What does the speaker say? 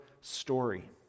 story